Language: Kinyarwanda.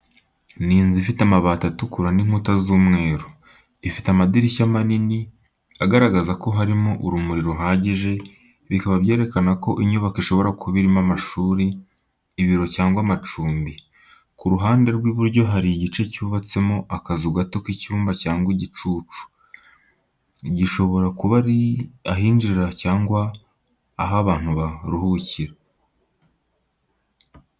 Ni inzu ifite amabati atukura n’inkuta z’umweru. Ifite amadirishya manini, agaragaza ko harimo urumuri ruhagije, bikaba byerekana ko inyubako ishobora kuba irimo amashuri, ibiro cyangwa amacumbi. Ku ruhande rw'iburyo hari igice cyubatsemo akazu gato k'icyuma cyangwa igicucu, gishobora kuba ari ahinjirira cyangwa aho abantu baruhukira.